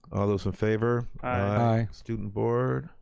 all those in favor? aye. student board?